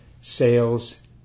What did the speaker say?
sales